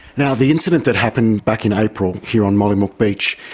now, the incident that happened back in april, here on mollymook beach,